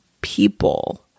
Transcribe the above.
people